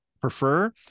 prefer